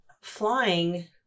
flying